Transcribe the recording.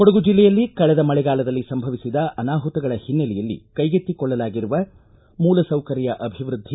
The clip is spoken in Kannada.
ಕೊಡಗು ಜಿಲ್ಲೆಯಲ್ಲಿ ಕಳೆದ ಮಳೆಗಾಲದಲ್ಲಿ ಸಂಭವಿಸಿದ ಅನಾಹುತಗಳ ಹಿನ್ನೆಲೆಯಲ್ಲಿ ಕೈಗೆತ್ತಿಕೊಳ್ಳಲಾಗಿರುವ ಮೂಲಸೌಕರ್ಯ ಅಭಿವೃದ್ಧಿ